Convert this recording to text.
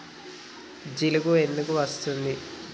జిలుగు ఎందుకు ఏస్తరు?